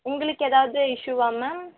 உங்களுக்கு எதாவது இஷுவா மேம்